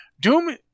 Doom